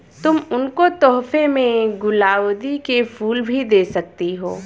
तुम उनको तोहफे में गुलाउदी के फूल भी दे सकती हो